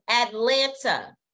Atlanta